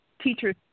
teachers